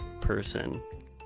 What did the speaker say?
person